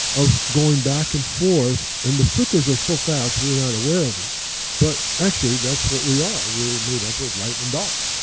of going back and forth and the flickers are so fast we're not aware of of but actually that's what we are, we're made up of light and dark.